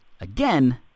again